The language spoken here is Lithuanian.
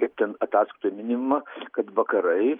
kaip ten ataskaitoj minima kad vakarai